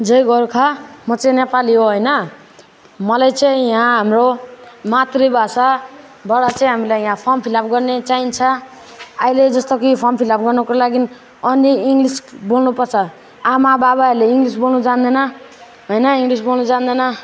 जय गोर्खा म चाहिँ नेपाली हो होइन मलाई चाहिँ यहाँ हाम्रो मातृभाषाबाट चाहिँ हामीलाई फर्म फिल अप गर्ने चाहिन्छ अहिले जस्तो कि फर्म फिल अप गर्नुको लागि अन्ली इङ्ग्लिस बोल्नु पर्छ आमा बाबाहरूले इङ्ग्लिस बोल्नु जान्दैन होइन इङ्ग्लिस बोल्नु जान्दैन